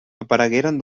aparegueren